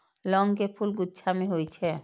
लौंग के फूल गुच्छा मे होइ छै